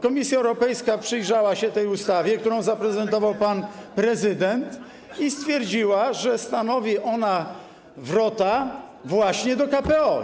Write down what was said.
Komisja Europejska przyjrzała się tej ustawie, którą zaprezentował pan prezydent, i stwierdziła, że stanowi ona wrota właśnie do KPO.